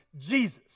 Jesus